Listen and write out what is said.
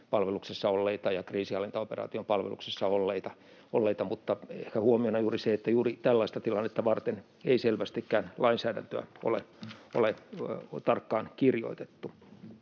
palveluksessa olleita ja kriisinhallintaoperaation palveluksessa olleita, mutta ehkä huomiona juuri se, että juuri tällaista tilannetta varten ei selvästikään lainsäädäntöä ole tarkalleen kirjoitettu.